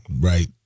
right